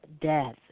death